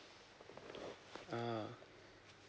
uh